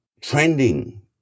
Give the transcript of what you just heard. trending